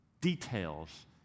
details